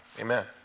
Amen